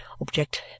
object